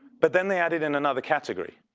but then they added in another category.